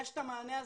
יש את המענה הזו.